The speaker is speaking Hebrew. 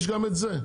יש גם את זה.